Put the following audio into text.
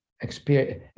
experience